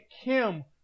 Kim